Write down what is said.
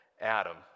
Adam